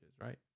right